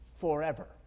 forever